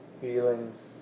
feelings